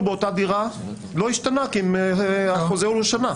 באותה דירה זה לא השתנה כי החוזה הוא לשנה.